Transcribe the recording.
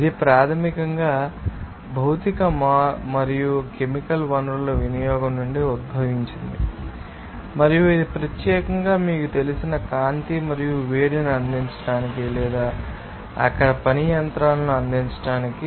ఇది ప్రాథమికంగా భౌతిక మరియు కెమికల్ వనరుల వినియోగం నుండి ఉద్భవించింది మరియు ఇది ప్రత్యేకంగా మీకు తెలిసిన కాంతి మరియు వేడిని అందించడానికి లేదా అక్కడ పని యంత్రాలను అందించడానికి